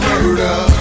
Murder